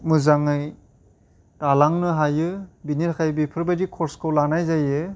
मोजाङै दालांनो हायो बिनिखाय बेफोरबायदि कर्सखौ लानाय जायो